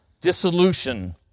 dissolution